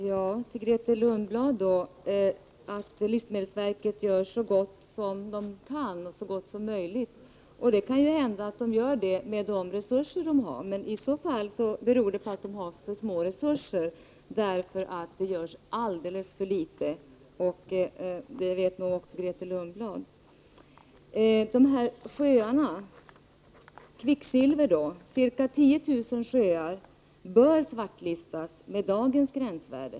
Herr talman! Grethe Lundblad sade att livsmedelsverket gör så mycket som möjligt. Det kan ju hända att livsmedelsverket gör det med de resurser som livsmedelsverket har. Eftersom det görs alldeles för litet, måste det bero på att livsmedelsverket har för små resurser. Också Grethe Lundblad vet nog hur det förhåller sig. Så till sjöarna och kvicksilverhalterna. Ca 10 000 sjöar bör svartlistas med utgångspunkt i dagens gränsvärde.